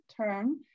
term